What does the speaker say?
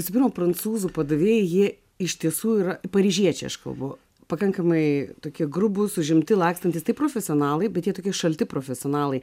visų pirma prancūzų padavėjai jie iš tiesų yra paryžiečiai aš kalbu pakankamai tokie grubūs užimti lakstantys taip profesionalai bet jie tokie šalti profesionalai